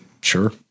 Sure